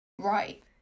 right